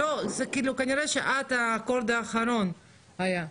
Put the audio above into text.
כנראה שאת האקורד האחרון שהיה,